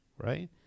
right